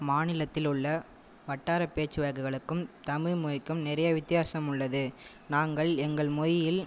மாநிலத்தி உள்ள வட்டார பேச்சி வழக்குகளுக்கும் தமிழ் மொழிக்கும் நிறைய வித்தியாசம் உள்ளது நங்கள் எங்கள் மொழியில்